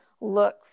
look